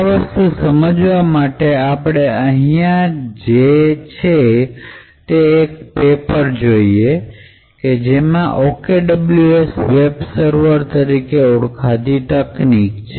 આ વસ્તુ સમજવા માટે આપણે અહીંયા જે છે કે એક પેપર જોઈએ કે જેમાં OKWS વેબ સર્વર તરીકે ઓળખાતી તકનિક છે